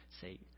say